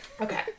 Okay